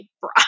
bra